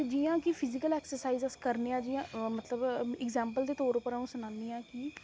ते जि'यां कि फिजिकल एक्सरसाइज अस्स करने आं जि'यां मतलब इग्जैम्पल दे तौर उप्पर अ'ऊं सनान्नी आं कि